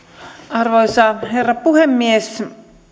arvoisa herra puhemies